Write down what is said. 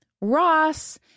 Ross